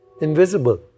invisible